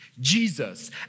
Jesus